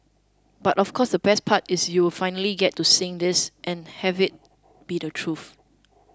but of course the best part is you'll finally get to sing this and have it be the truth